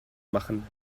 machen